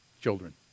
children